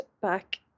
back